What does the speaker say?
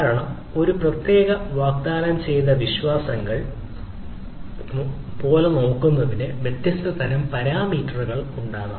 കാരണം ഒരു പ്രത്യേക വാഗ്ദാനം ചെയ്യുന്ന വിശ്വാസ്യത മൂല്യങ്ങൾ പോലെ നോക്കുന്നതിന് വ്യത്യസ്ത തരം പാരാമീറ്ററുകൾ ഉണ്ടാകാം